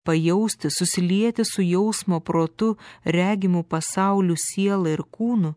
pajausti susilieti su jausmo protu regimu pasauliu siela ir kūnu